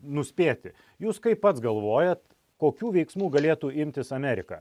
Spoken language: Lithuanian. nuspėti jūs kaip pats galvojat kokių veiksmų galėtų imtis amerika